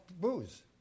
booze